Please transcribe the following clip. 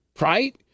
Right